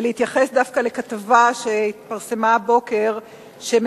ולהתייחס דווקא לכתבה שהתפרסמה הבוקר על